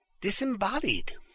disembodied